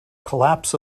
collapse